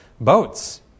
boats